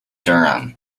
durham